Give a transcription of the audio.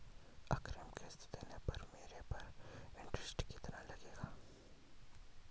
अग्रिम किश्त देने पर मेरे पर इंट्रेस्ट कितना लगेगा?